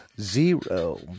Zero